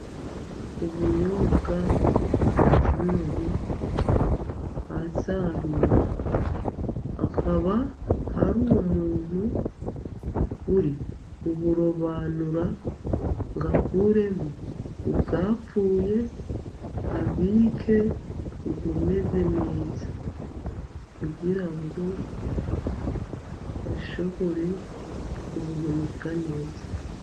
Ubunyobwa budatonoye basaruye, hakaba hari umuntu uri kuburobanura ngo akuremo ubwapfuye ,abike ubumeze neza, kugira ngo bashobore kubuhunika neza.